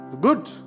Good